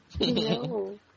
No